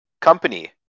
company